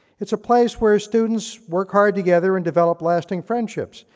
it's a place where students work hard together and develop lasting friendships,